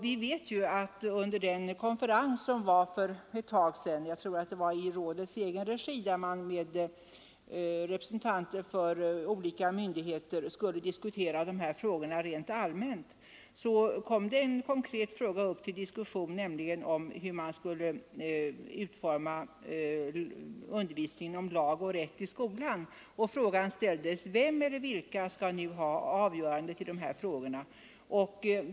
Vi vet också att under den konferens som ägde rum för ett tag sedan — jag tror att det var i rådets egen regi — där man med representanter för olika myndigheter skulle diskutera de här sakerna rent allmänt, så kom ett konkret problem upp till diskussion, nämligen hur man skulle utforma undervisningen om lag och rätt i skolan. Då ställdes frågan: Vem eller vilka skall nu ha avgörandet i de här ärendena?